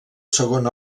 segon